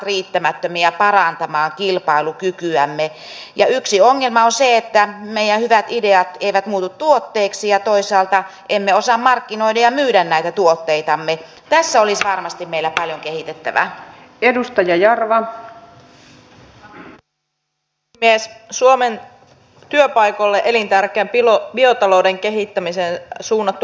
eli minimisuosituksesta tuleekin maksimi ja tämä vähentää kyllä mahdollisuuksia yhteisökotityyppisissä paikoissa tehdä sitä kuntouttavaa ja asiakkaan tarpeista lähtevää hoitotyötä ja toivoisin kuten viimeksikin toivoin että jos tällainen muutos tulee niin siitä pitää antaa kunnolliset ohjeet hoitoyhteisöihin